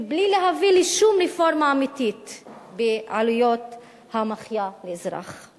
מבלי להביא לשום רפורמה אמיתית בעלויות המחיה לאזרח.